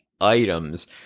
items